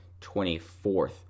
24th